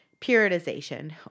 periodization